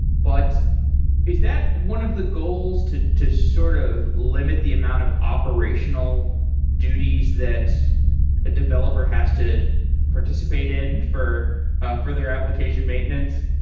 but is that one of the goals to to sort of limit the amount of operational duties that a developer has to participate in for ah for their application maintenance?